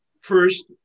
first